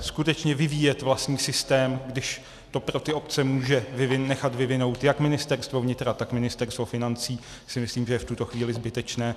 Skutečně vyvíjet vlastní systém, když to pro ty obce může nechat vyvinout jak Ministerstvo vnitra, tak Ministerstvo financí, si myslím, že je v tuto chvíli zbytečné.